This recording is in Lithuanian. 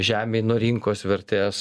žemei nuo rinkos vertės